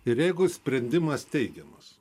ir jeigu sprendimas teigiamas